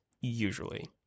usually